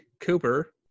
cooper